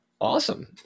awesome